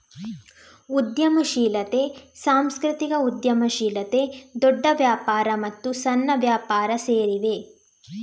ಉದ್ಯಮಶೀಲತೆ, ಸಾಂಸ್ಕೃತಿಕ ಉದ್ಯಮಶೀಲತೆ, ದೊಡ್ಡ ವ್ಯಾಪಾರ ಮತ್ತು ಸಣ್ಣ ವ್ಯಾಪಾರ ಸೇರಿವೆ